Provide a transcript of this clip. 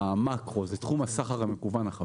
במאקרו: תחום הסחר המקוון, החבילות.